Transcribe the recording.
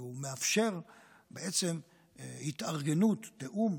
כי הוא מאפשר התארגנות, תיאום,